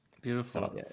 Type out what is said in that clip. Beautiful